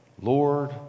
Lord